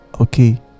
okay